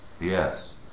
Yes